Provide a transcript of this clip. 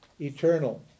Eternal